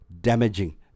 damaging